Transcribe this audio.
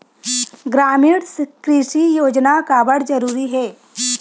ग्रामीण कृषि योजना काबर जरूरी हे?